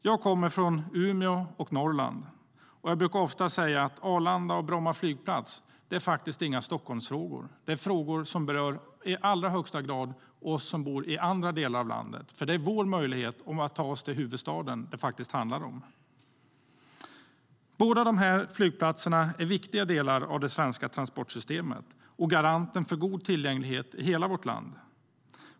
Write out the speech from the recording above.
Jag kommer från Umeå och Norrland och brukar ofta säga att Arlanda och Bromma flygplats faktiskt inte är en Stockholmsfråga. Det är en fråga som i allra högsta grad berör oss som bor i andra delar av landet. Det handlar om vår möjlighet att ta oss till huvudstaden. Båda flygplatserna är viktiga delar av det svenska transportsystemet och garanten för god tillgänglighet i hela vårt land.